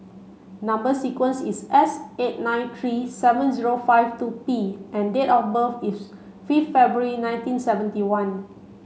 number sequence is S eight nine three seven zero five two P and date of birth is fifth February nineteen seventy one